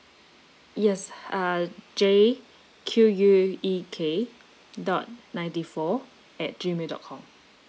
yes uh J Q U E K dot ninety four at G mail dot com